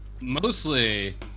mostly